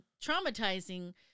traumatizing